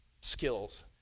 skills